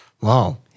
Wow